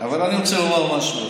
אבל אני רוצה לומר משהו.